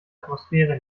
atmosphäre